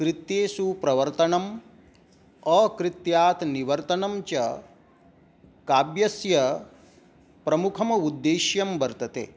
कृत्येषु प्रवर्तनम् अकृत्यात् निवर्तनं च काव्यस्य प्रमुखमुद्देश्यं वर्तते